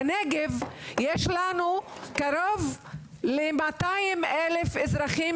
בנגב יש לנו קרוב ל-200,000 אזרחים